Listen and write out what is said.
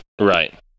Right